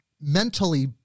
mentally